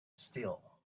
still